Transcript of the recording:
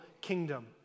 kingdom